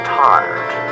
tired